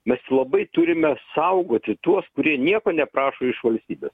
mes labai turime saugoti tuos kurie nieko neprašo iš valstybės